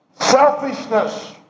selfishness